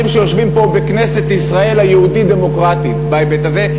שיושבים פה בכנסת ישראל היהודית-דמוקרטית בהיבט הזה,